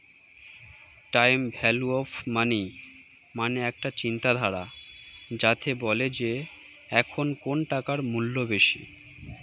time value of money মানে একটা চিন্তাধারা যাতে বলে যে এখন কোন টাকার মূল্য বেশি